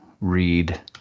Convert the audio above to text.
read